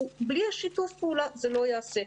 בלי שיתוף פעולה זה לא ייעשה.